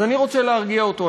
אז אני רוצה להרגיע אותו.